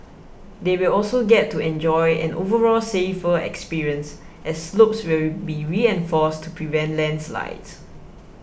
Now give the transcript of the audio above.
they will also get to enjoy an overall safer experience as slopes will be reinforced to prevent landslides